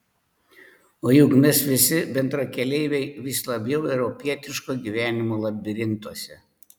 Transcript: o juk mes visi bendrakeleiviai vis labiau europietiško gyvenimo labirintuose